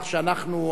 הרוב היהודי,